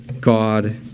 God